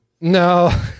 No